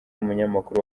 umunyamakuru